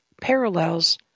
parallels